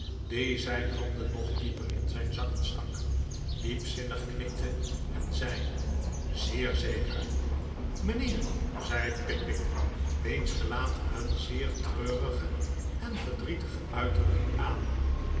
die zijn handen nog dieper in zijn zakken stak diepzinnig knikte en zei zeer zeker mijnheer zei pickwick wiens gelaat een zeer treurige en verdrietige uitdrukking aannam